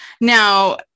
now